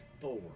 Four